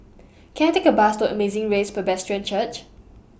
Can I Take A Bus to Amazing Grace Presbyterian Church